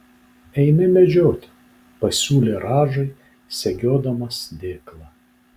eime medžioti pasiūlė radžai segiodamas dėklą